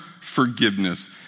forgiveness